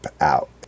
out